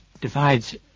divides